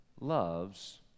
loves